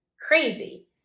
crazy